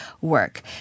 work